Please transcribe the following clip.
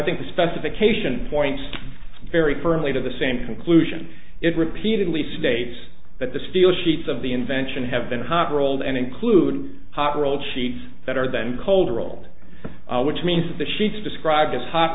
think the specification points very firmly to the same conclusion it repeatedly states that the steel sheets of the invention have been hot rolled and include hot rolled sheets that are then cold rolled which means that the sheets described as hot